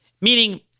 Meaning